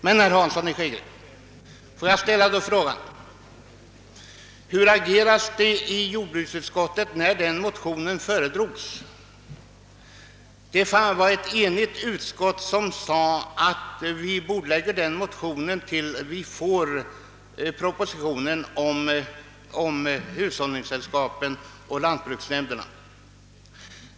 Men, herr Hansson i Skegrie, hur agerades det i jordbruksutskottet när den motionen föredrogs? Ett enigt utskott sade: Vi bordlägger motionen tills vi får propositionen om hushållningssällskapen och lantbruksnämnderna.